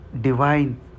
divine